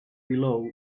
below